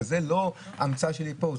וזו לא המצאה שלי פה,